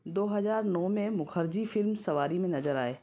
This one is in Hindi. दो हज़ार नौ में मुखर्जी फ़िल्म सवारी में नज़र आए